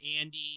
Andy